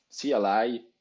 CLI